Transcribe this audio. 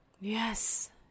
Yes